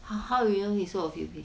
how how you know he sold a few piece